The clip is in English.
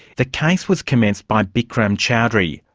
the case was commenced by bikram choudhury,